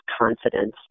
confidence